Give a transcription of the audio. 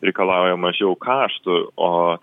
reikalauja mažiau kaštų o